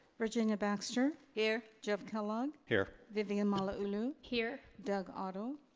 virginia baxter. here. jeff kellog. here. vivian malauulu. here. doug otto.